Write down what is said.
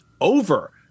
over